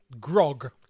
Grog